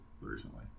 recently